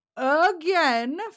again